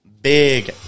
Big